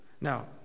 Now